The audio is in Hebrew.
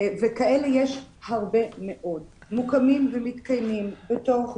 וכאלה יש הרבה מאוד, מוקמים ומתקיימים בתוך דירות,